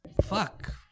Fuck